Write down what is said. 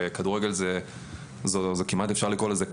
כדורגל כמעט אפשר לקרוא לזה כת,